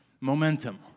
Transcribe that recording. Momentum